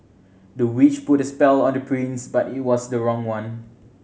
the witch put a spell on the prince but it was the wrong one